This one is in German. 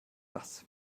das